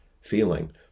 feeling